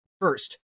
first